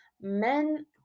Men